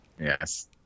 Yes